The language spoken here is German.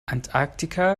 antarktika